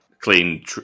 Clean